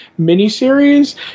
miniseries